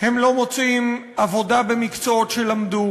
הם לא מוצאים עבודה במקצועות שלמדו,